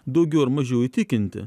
daugiau ar mažiau įtikinti